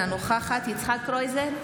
אינה נוכחת יצחק קרויזר,